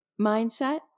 mindset